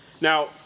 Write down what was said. Now